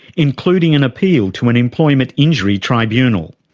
including an appeal to an employment injury tribunal.